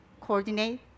coordinate